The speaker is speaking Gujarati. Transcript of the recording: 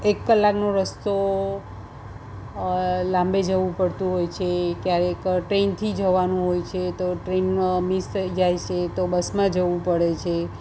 એક કલાકનો રસ્તો લાંબે જવું પડતું હોય છે ક્યારેક ટ્રેનથી જવાનું હોય છે તો ટ્રેનો મિસ થઈ જાય છે તો બસમાં જવું પડે છે